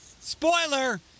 spoiler